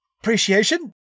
appreciation